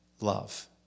love